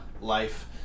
life